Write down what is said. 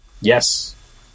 Yes